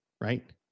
Right